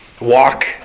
Walk